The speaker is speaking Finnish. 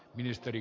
puhemies